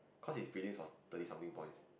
cause his prelims was thirty something points